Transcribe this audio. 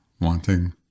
wanting